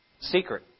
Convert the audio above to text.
Secret